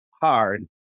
hard